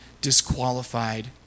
disqualified